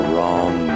Wrong